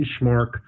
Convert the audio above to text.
benchmark